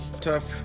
Tough